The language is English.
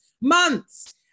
months